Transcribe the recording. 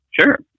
Sure